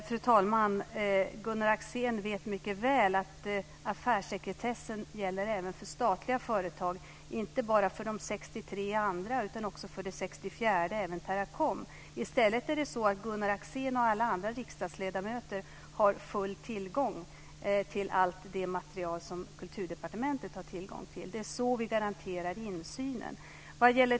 Fru talman! Gunnar Axén vet mycket väl att affärssekretessen gäller även för statliga företag - inte bara för de 63 andra utan också för det 64:e, alltså Teracom. I stället är det så att Gunnar Axén och alla andra riksdagsledamöter har full tillgång till allt det material som Kulturdepartementet har tillgång till. Det är så vi garanterar insynen.